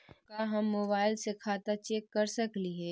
का हम मोबाईल से खाता चेक कर सकली हे?